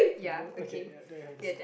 you know okay ya there you have the sea